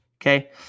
okay